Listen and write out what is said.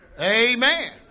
Amen